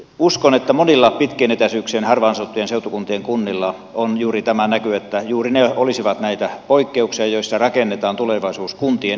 uskon että monilla pitkien etäisyyksien ja harvaan asuttujen seutukuntien kunnilla on juuri tämä näky että juuri ne olisivat näitä poikkeuksia joissa rakennetaan tulevaisuus kuntien yhteistyölle